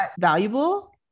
valuable